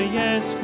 yes